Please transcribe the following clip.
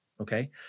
Okay